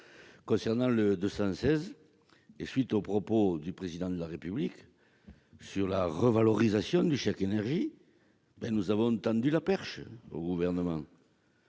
rectifié , à lasuite des propos du Président de la République sur la revalorisation du chèque énergie, nous avons tendu la perche au Gouvernement.